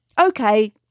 Okay